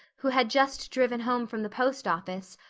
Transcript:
who had just driven home from the post office,